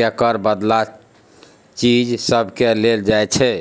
केर बदला चीज सबकेँ लेल जाइ छै